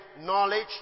knowledge